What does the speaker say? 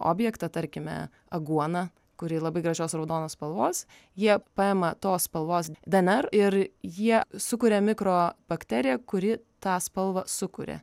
objektą tarkime aguoną kuri labai gražios raudonos spalvos jie paima tos spalvos dnr ir jie sukuria mikrobakteriją kuri tą spalvą sukuria